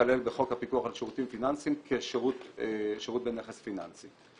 ייכלל בחוק הפיקוח על שירותים פיננסיים כשירות בנכס פיננסי.